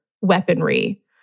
weaponry